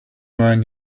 man